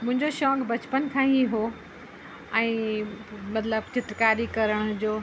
मुंहिंजो शौंक़ु बचपन खां ई ऐं मतिलबु चित्रकारी करण जो